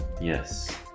Yes